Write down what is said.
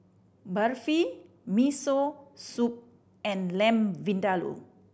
Barfi Miso Soup and Lamb Vindaloo